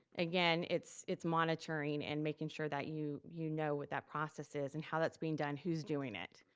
again, it's it's monitoring and making sure that you you know what that process is and how that's being done. who's doing it?